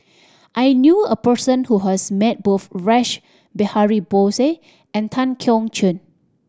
I knew a person who has met both Rash Behari Bose and Tan Keong Choon